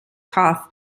cough